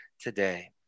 today